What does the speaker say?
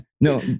no